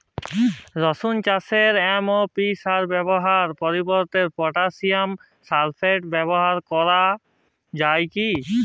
রসুন চাষে এম.ও.পি সার ব্যবহারের পরিবর্তে পটাসিয়াম সালফেট সার ব্যাবহার করা যায় কি?